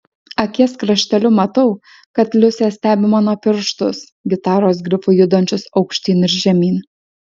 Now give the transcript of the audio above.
akies krašteliu matau kad liusė stebi mano pirštus gitaros grifu judančius aukštyn ir žemyn